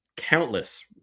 countless